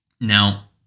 Now